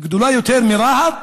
גדולה יותר מרהט?